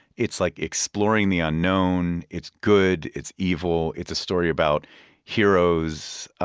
it's like exploring the unknown. it's good it's evil. it's a story about heroes.